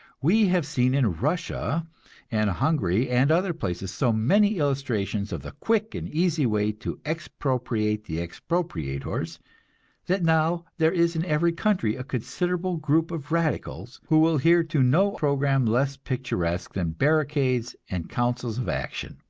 we have seen in russia and hungary and other places, so many illustrations of the quick and easy way to expropriate the expropriators that now there is in every country a considerable group of radicals who will hear to no program less picturesque than barricades and councils of action.